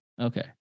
Okay